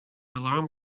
alarm